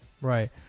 Right